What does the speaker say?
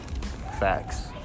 Facts